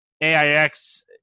AIX